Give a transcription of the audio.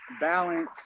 balance